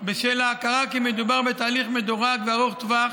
בשל ההכרה שמדובר בתהליך מדורג וארוך טווח